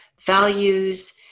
values